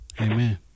Amen